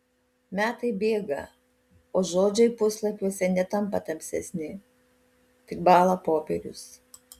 metai bėga o žodžiai puslapiuose netampa tamsesni tik bąla popierius